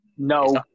No